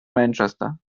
manchester